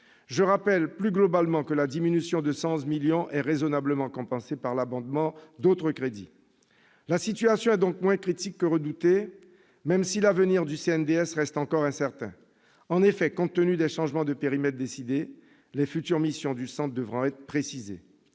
je rappelle plus globalement que la diminution de 111 millions d'euros est raisonnablement compensée par l'abondement d'autres crédits. La situation est donc moins critique que nous ne le redoutions, même si l'avenir du CNDS reste incertain. En effet, compte tenu des changements de périmètres décidés, les futures missions du centre devront être précisées.